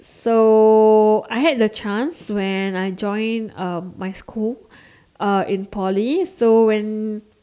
so I had the chance when I joined um my school uh in Poly so when